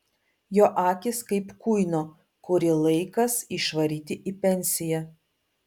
jo akys kaip kuino kurį laikas išvaryti į pensiją